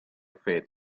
faith